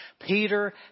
Peter